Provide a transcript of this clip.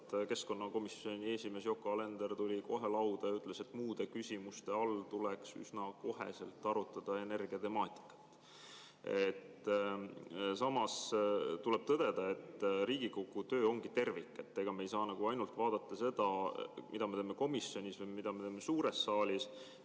keskkonnakomisjoni esimees Yoko Alender tuli kohe lauda ja ütles, et muude küsimuste all tuleks üsna koheselt arutada energiatemaatikat. Samas tuleb tõdeda, et Riigikogu töö ongi tervik. Me ei saa vaadata ainult seda, mida me teeme komisjonis või mida me teeme suures saalis,